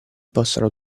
possano